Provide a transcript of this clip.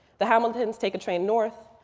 the hamiltons take a train north.